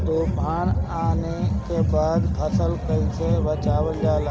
तुफान आने के बाद फसल कैसे बचावल जाला?